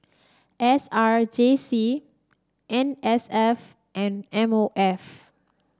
S R J C N S F and M O F